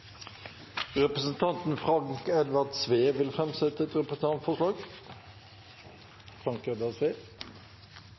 Representanten Frank Edvard Sve vil framsette et representantforslag.